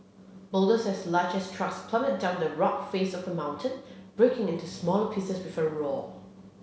boulders as large as trucks plummeted down the rock face of the mountain breaking into smaller pieces with a roar